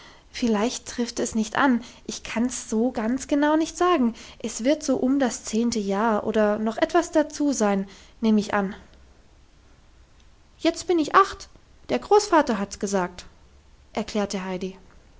viel trifft es nicht an ich kann's so ganz genau nicht sagen es wird so um das zehnte jahr oder so noch etwas dazu sein nehm ich an jetzt bin ich acht der großvater hat's gesagt erklärte heidi